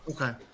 Okay